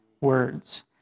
words